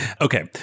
Okay